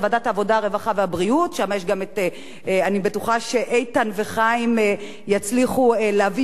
אני בטוחה שאיתן וחיים יצליחו להבין יותר טוב ממני דקויות מסוימות,